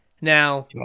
Now